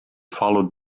followed